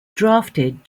drafted